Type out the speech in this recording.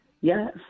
Yes